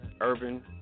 Urban